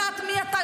יודעת מי אתה,